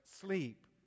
sleep